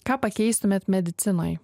ką pakeistumėt medicinoj